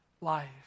life